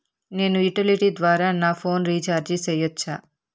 నేను యుటిలిటీ ద్వారా నా ఫోను రీచార్జి సేయొచ్చా?